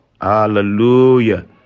hallelujah